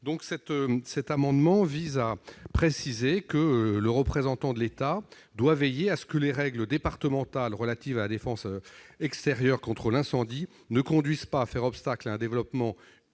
Cet amendement vise à préciser que le représentant de l'État doit veiller à ce que les règles départementales relatives à la défense extérieure contre l'incendie ne conduisent pas à faire obstacle à un développement